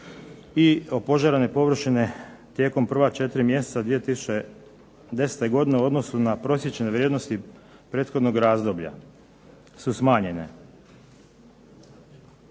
i opožarene površine tijekom prva 4 mjeseca 2010. godine u odnosu na prosječne vrijednosti prethodnog razdoblja su smanjene.